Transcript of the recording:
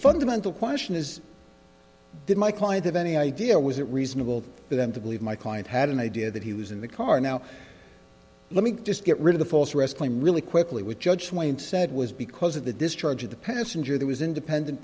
fundamental question is did my client have any idea was it reasonable for them to believe my client had an idea that he was in the car now let me just get rid of the false arrest claim really quickly with judge wayne said was because of the discharge of the passenger that was independent